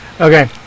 Okay